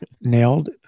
Nailed